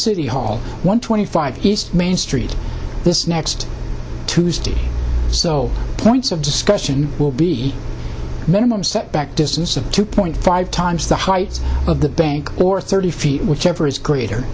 city hall one twenty five east main street this next tuesday so points of discussion will be minimum set back distance of two point five times the heights of the bank or thirty feet whichever is greater